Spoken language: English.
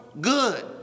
Good